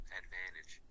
advantage